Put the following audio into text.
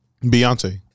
Beyonce